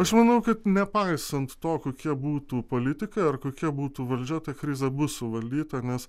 aš manau kad nepaisant to kokia būtų politika ar kokia būtų valdžia ta krizė bus suvaldyta nes